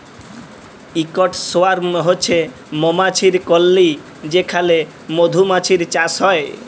ইকট সোয়ার্ম হছে মমাছির কললি যেখালে মধুমাছির চাষ হ্যয়